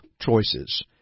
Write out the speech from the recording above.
choices